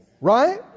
Right